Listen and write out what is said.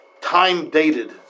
time-dated